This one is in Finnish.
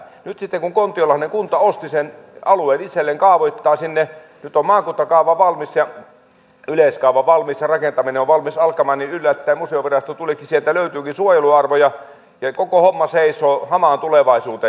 nyt sitten kun kontiolahden kunta osti sen alueen itselleen ja kaavoittaa sinne nyt on maakuntakaava valmis ja yleiskaava valmis ja rakentaminen on valmis alkamaan yllättäen museovirasto tulikin ja sieltä löytyykin suojeluarvoja ja koko homma seisoo hamaan tulevaisuuteen